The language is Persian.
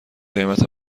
قیمت